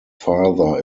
father